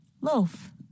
Loaf